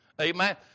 Amen